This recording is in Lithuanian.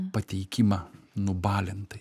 pateikimą nubalintai